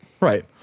Right